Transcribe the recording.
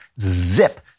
Zip